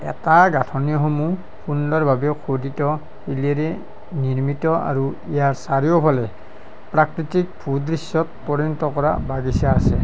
এটা গাঁথনিসমূহ সুন্দৰভাৱে খোদিত শিলেৰে নিৰ্মিত আৰু ইয়াৰ চাৰিওফালে প্ৰাকৃতিক ভূ দৃশ্যত পৰিণত কৰা বাগিচা আছে